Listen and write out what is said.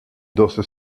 doce